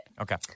Okay